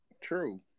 True